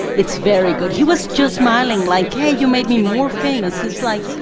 it's very good. he was just smiling, like, hey, you made me more famous. it's like,